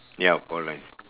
ya correct